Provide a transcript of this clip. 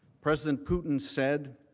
president putin said